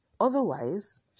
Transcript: otherwise